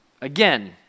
Again